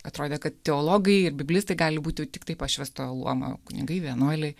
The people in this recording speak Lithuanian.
atrodė kad teologai ir biblistai gali būt jau tiktai pašvęstojo luomo kunigai vienuoliai